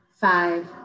five